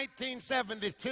1972